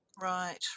Right